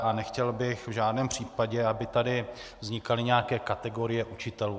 A nechtěl bych v žádném případě, aby tady vznikaly nějaké kategorie učitelů.